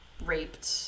raped